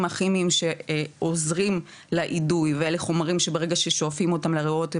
הכימיים שעוזרים לאידוי ואלה חומרים שברגע ששואפים אותם לריאות,